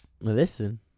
Listen